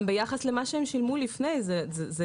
גם ביחס למה שהם שילמו לפני כן.